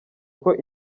uko